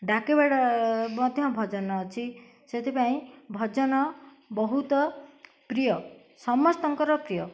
ଡାକିବାଟା ମଧ୍ୟ ଭଜନ ଅଛି ସେଥିପାଇଁ ଭଜନ ବହୁତ ପ୍ରିୟ ସମସ୍ତଙ୍କର ପ୍ରିୟ